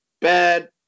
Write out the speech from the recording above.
Bad